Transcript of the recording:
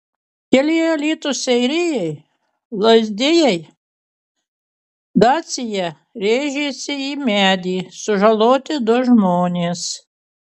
kelyje alytus seirijai lazdijai dacia rėžėsi į medį sužaloti du žmonės